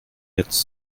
jetzt